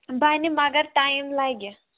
بَنہِ مگر ٹایِم لَگہِ